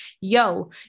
yo